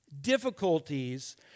difficulties